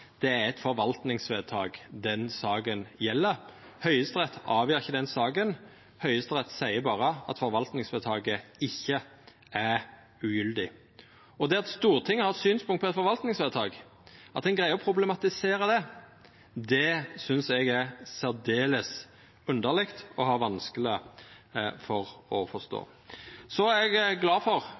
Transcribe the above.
Det er eit forvaltningsvedtak saka gjeld. Høgsterett avgjer ikkje den saka. Høgsterett seier berre at forvaltningsvedtaket ikkje er ugyldig. Det at Stortinget har synspunkt på eit forvaltningsvedtak, at ein greier å problematisera det, synest eg er særdeles underleg og vanskeleg å forstå. Eg er glad for